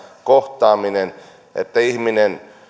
kohtaaminen että ihminen